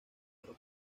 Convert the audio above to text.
pero